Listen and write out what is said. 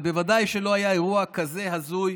אבל בוודאי שלא היה אירוע כזה הזוי,